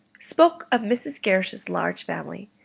spoke of mrs. gerrish's large family.